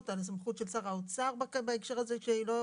אני חווה את זה היום,